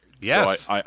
Yes